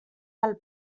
del